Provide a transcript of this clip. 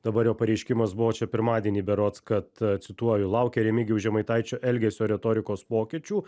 dabar jo pareiškimas buvo čia pirmadienį berods kad cituoju laukia remigijaus žemaitaičio elgesio retorikos pokyčių